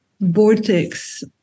vortex